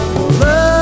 Love